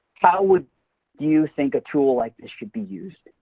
how would you think a tool like this should be used,